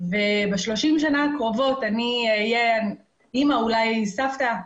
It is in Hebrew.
ב-30 השנים הקרובות אני אהיה אימא, אולי סבתא,